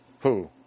Who